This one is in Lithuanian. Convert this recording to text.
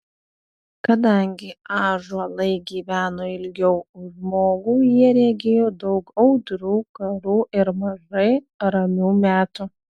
kadangi ąžuolai gyveno ilgiau už žmogų jie regėjo daug audrų karų ir mažai ramių metų